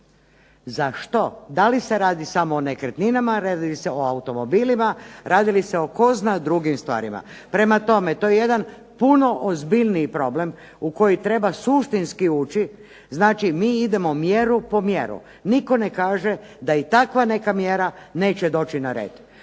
za što. Da li se radi samo o nekretninama, radi li se o automobilima, radi li se o tko zna drugim stvarima. Prema tome, to je jedan puno ozbiljniji problem u koji treba suštinski ući, znači mi idemo mjeru po mjeru. Nitko ne kaže da takva jedna mjera neće doći na red,